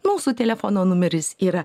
mūsų telefono numeris yra